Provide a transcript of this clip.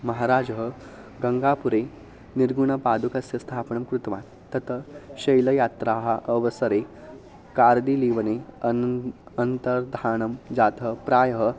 महाराजः गङ्गापुरे निर्गुणपादुकस्य स्थापनं कृतवान् तत शैलयात्राः अवसरे कार्दीलीवने अनेन अन्तर्धानं जातः प्रायः